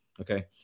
okay